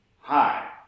Hi